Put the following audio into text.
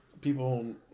people